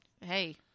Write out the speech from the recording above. hey